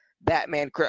Batman